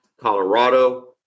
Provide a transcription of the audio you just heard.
Colorado